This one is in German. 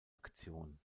aktion